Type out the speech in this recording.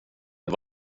det